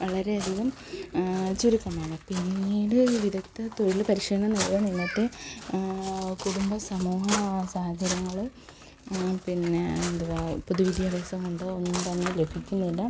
വളരെയധികം ചുരുക്കമാണ് പിന്നീട് വിദഗ്ധ തൊഴിൽ പരിശീലനം നൽകും എന്നിട്ട് കുടുംബ സമൂഹ സാഹചര്യങ്ങള് പിന്നെ എന്തുവാണ് പൊതു വിദ്യഭ്യാസം കൊണ്ടോ ഒന്നും തന്നെ ലഭിക്കുന്നില്ല